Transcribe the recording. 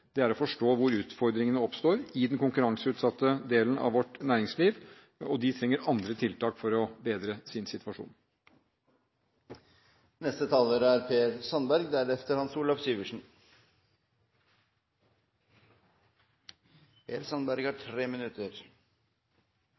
det er å forstå hvor utfordringene oppstår i den konkurranseutsatte delen av vårt næringsliv – og de trenger andre tiltak for å bedre sin situasjon.